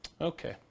Okay